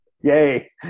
Yay